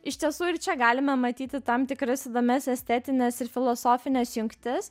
iš tiesų ir čia galime matyti tam tikras įdomias estetines ir filosofines jungtis